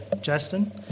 Justin